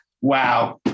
Wow